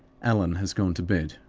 allan has gone to bed,